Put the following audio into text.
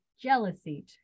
Jealousy